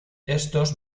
estos